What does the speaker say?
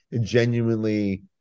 genuinely